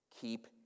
Keep